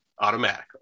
automatically